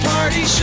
Party